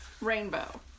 rainbow